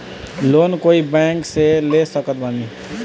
Loan कोई bank से ले सकत बानी?